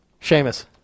Seamus